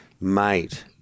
Mate